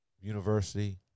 university